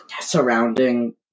surrounding